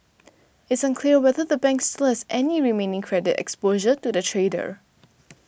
it's unclear whether the bank still has any remaining credit exposure to the trader